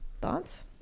thoughts